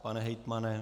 Pane hejtmane?